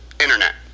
internet